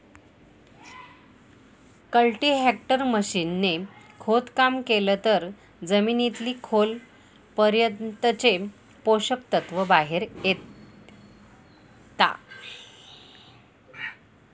cultivator machine ने खोदकाम केलं तर जमिनीतील खोल पर्यंतचे पोषक तत्व बाहेर येता